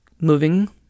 moving